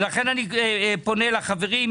ולכן אני פונה לחברים,